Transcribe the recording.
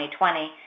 2020